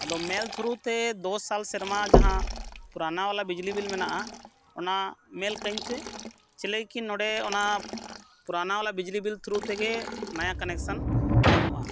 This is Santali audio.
ᱟᱫᱚ ᱢᱮᱞ ᱛᱷᱨᱩ ᱛᱮ ᱫᱚᱥ ᱥᱟᱞ ᱥᱮᱨᱢᱟ ᱡᱟᱦᱟᱸ ᱯᱩᱨᱟᱱᱟᱵᱟᱞᱟ ᱵᱤᱡᱽᱞᱤ ᱵᱤᱞ ᱢᱮᱱᱟᱜᱼᱟ ᱚᱱᱟ ᱢᱮᱞ ᱠᱟᱹᱧᱯᱮ ᱪᱮᱫ ᱞᱟᱹᱜᱤᱫᱠᱤ ᱱᱚᱰᱮ ᱚᱱᱟ ᱯᱩᱨᱟᱱᱟᱵᱟᱞᱟ ᱵᱤᱡᱽᱞᱤ ᱵᱤᱞ ᱛᱷᱨᱩ ᱛᱮᱜᱮ ᱱᱚᱭᱟ ᱠᱟᱱᱮᱠᱥᱮᱱ ᱧᱟᱢᱚᱜᱼᱟ